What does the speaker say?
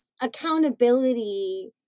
accountability